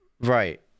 Right